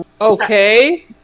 okay